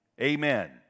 Amen